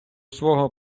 свого